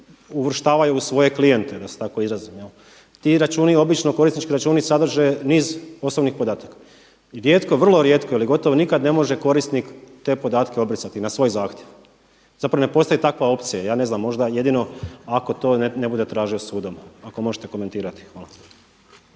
uvrštavaju u svoje klijente da se tako izrazim. Ti računi obično, korisnički računi sadrže niz osnovnih podataka. Rijetko, vrlo rijetko ili gotovo nikad ne može korisnik te podatke obrisati na svoj zahtjev, zapravo ne postoji takva opcija. Ja ne znam, možda jedino ako to ne bude tražio sudom, ako možete komentirati. Hvala.